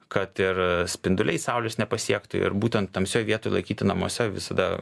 kad ir spinduliai saulės nepasiektų ir būtent tamsioj vietoj laikyti namuose visada